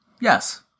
yes